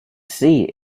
see